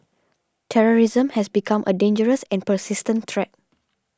terrorism has become a dangerous and persistent threat